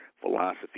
philosophy